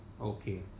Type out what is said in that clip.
Okay